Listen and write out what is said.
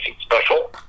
special